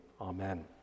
Amen